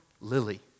Lily